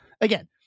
Again